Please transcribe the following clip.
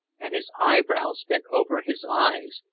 and his eyebrows bent over his eyes,